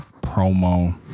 promo